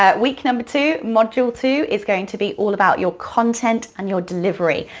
ah week number two, module two, is going to be all about your content and your delivery,